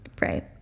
Right